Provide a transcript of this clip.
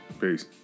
Peace